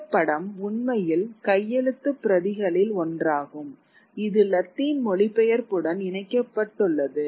இந்த படம் உண்மையில் கையெழுத்துப் பிரதிகளில் ஒன்றாகும் இது லத்தீன் மொழிபெயர்ப்புடன் இணைக்கப்பட்டுள்ளது